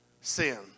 sin